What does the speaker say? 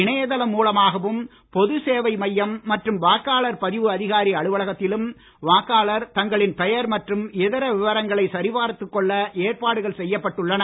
இணையதளம் மூலமாகவும் பொதுசேவை மையம் மற்றும் வாக்காளர் பதிவு அதிகாரி அலுவலகத்திலும் வாக்காளர் தங்களின் பெயர் மற்றும இதர விவரங்களை சரி பார்த்துக் கொள்ள ஏற்பாடுகள் செய்யப்பட்டு உள்ளன